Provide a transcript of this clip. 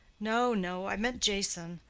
no, no i meant jason.